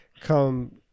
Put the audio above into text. come